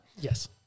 Yes